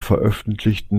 veröffentlichten